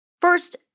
First—